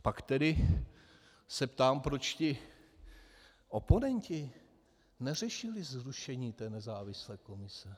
Pak tedy se ptám, proč ti oponenti neřešili zrušení té nezávislé komise.